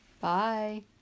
bye